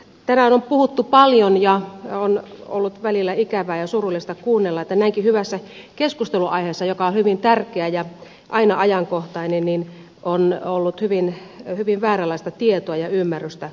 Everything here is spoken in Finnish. tänään on puhuttu paljon ja on ollut välillä ikävää ja surullista kuunnella että näinkin hyvässä keskustelunaiheessa joka on hyvin tärkeä ja aina ajankohtainen on ollut hyvin vääränlaista tietoa ja ymmärrystä liikkeellä